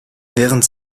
während